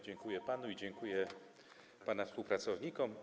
Dziękuję panu i dziękuję pana współpracownikom.